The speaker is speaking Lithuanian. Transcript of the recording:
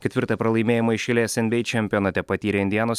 ketvirtą pralaimėjimą iš eilės nba čempionate patyrė indianos